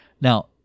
Now